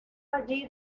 allí